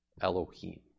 Elohim